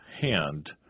hand